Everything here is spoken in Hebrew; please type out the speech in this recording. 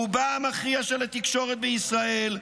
רובה המכריע של התקשורת בישראל,